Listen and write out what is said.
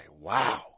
Wow